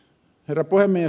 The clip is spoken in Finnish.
herra puhemies